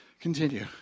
continue